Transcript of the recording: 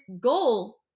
goal